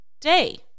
day